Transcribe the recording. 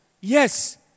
Yes